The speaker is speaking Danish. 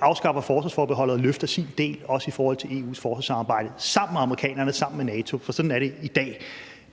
afskaffer forsvarsforbeholdet og løfter sin del også i forhold til EU's forsvarssamarbejde, sammen med amerikanerne og sammen med NATO. For sådan er det i dag.